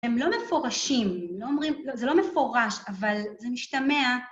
הם לא מפורשים, הם לא אומרים, זה לא מפורש, אבל זה משתמע.